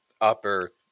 upper